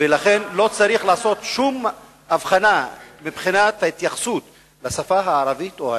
ולכן לא צריך לעשות שום הבחנה מבחינת ההתייחסות לשפה הערבית או העברית.